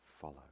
follow